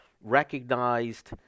recognized